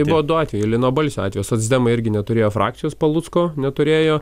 tai buvo du atvejai lino balsio atveju socdemai irgi neturėjo frakcijos palucko neturėjo